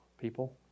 people